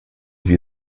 view